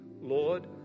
Lord